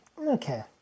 okay